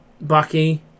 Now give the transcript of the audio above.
Bucky